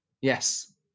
Yes